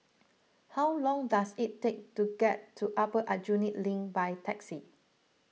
how long does it take to get to Upper Aljunied Link by taxi